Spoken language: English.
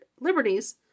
liberties